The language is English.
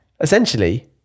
essentially